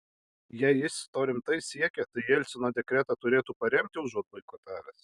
jei jis to rimtai siekia tai jelcino dekretą turėtų paremti užuot boikotavęs